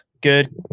Good